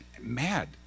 mad